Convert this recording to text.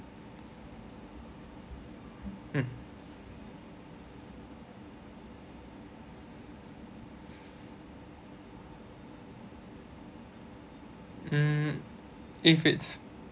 hmm mm if it's